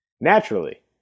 naturally